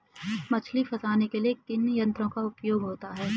मछली फंसाने के लिए किन यंत्रों का उपयोग होता है?